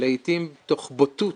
לעתים תוך בוטות